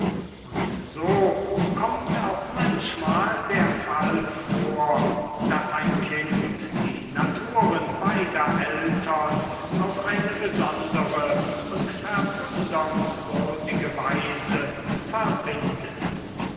und so kommt auch manchmal der fall vor daß ein kind die naturen beider eltern auf eine besondere und verwundernswürdige weise verbindet